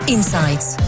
Insights